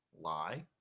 lie